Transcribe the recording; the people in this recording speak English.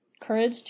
courage